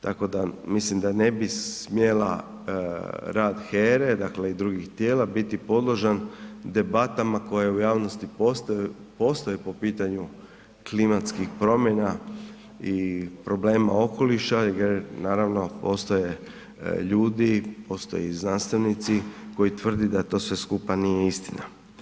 Tako da mislim da ne bi smjela rad HERE, dakle i drugih tijela biti podložan debatama koje u javnosti postoje po pitanju klimatskih promjena i problema okoliša jer naravno postoje ljudi, postoje i znanstvenici koji tvrdi da sve to skupa nije istina.